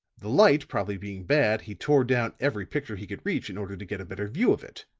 the light probably being bad he tore down every picture he could reach in order to get a better view of it.